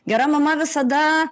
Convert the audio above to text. gera mama visada